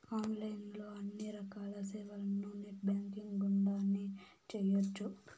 online లో అన్ని రకాల సేవలను నెట్ బ్యాంకింగ్ గుండానే చేయ్యొచ్చు